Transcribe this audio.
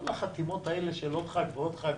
כל החתימות האלה של עוד חבר כנסת ועוד חבר כנסת